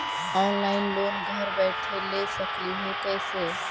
Online loan घर बैठे ले सकली हे, कैसे?